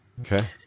Okay